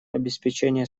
обеспечения